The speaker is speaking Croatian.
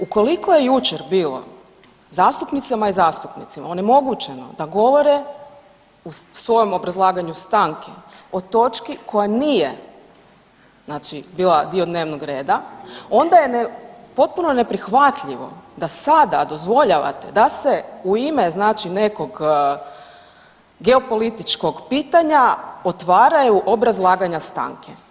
Ukoliko je jučer bilo zastupnicama i zastupnicima onemogućeno da govore u svojem obrazlaganju stanke o točki koja nije bila dio dnevnog reda onda je potpuno neprihvatljivo da sada dozvoljavate da se u ime nekog geopolitičkog pitanja otvaraju obrazlaganja stanke.